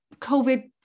covid